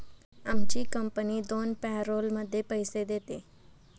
आमची कंपनी दोन पॅरोलमध्ये पैसे देते